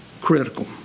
critical